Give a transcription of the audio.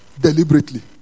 deliberately